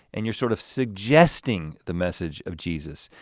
and you're sort of suggesting the message of jesus.